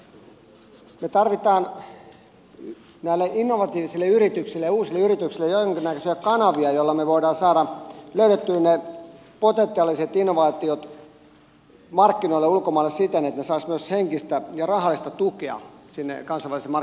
me tarvitsemme näille innovatiivisille uusille yrityksille jonkinnäköisiä kanavia joilla me voimme saada löydettyä ne potentiaaliset innovaatiot markkinoille ulkomaille siten että ne saisivat myös henkistä ja rahallista tukea sinne kansainvälisille markkinoille päästäkseen